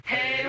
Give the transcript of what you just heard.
Hey